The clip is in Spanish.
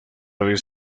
vez